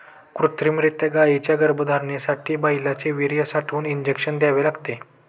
कृत्रिमरीत्या गायींच्या गर्भधारणेसाठी बैलांचे वीर्य साठवून इंजेक्शन द्यावे लागते